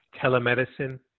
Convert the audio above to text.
telemedicine